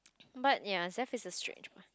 but ya Zeth is a strange one